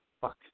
fuck